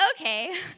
okay